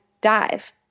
dive